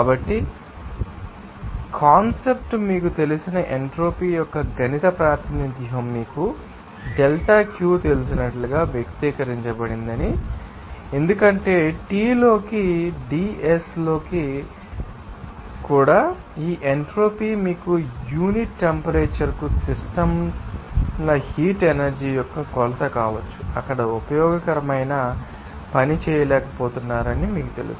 కాబట్టి చూసే కాన్సెప్ట్ మీకు తెలిసిన ఎంట్రోపీ యొక్క గణిత ప్రాతినిధ్యం మీకు డెల్టా Q తెలిసినట్లుగా వ్యక్తీకరించబడిందని మీకు తెలుసు ఎందుకంటే T లోకి ds లోకి కూడా ఈ ఎంట్రోపీ మీకు యూనిట్ టెంపరేచర్ కు సిస్టమ్ ల హీట్ ఎనర్జీ యొక్క కొలత కావచ్చు అక్కడ ఉపయోగకరమైన పని చేయలేకపోతున్నారని మీకు తెలుసు